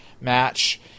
match